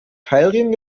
keilriemen